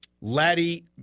Laddie